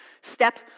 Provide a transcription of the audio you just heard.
step